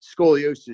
scoliosis